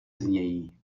znějí